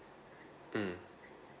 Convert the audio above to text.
mm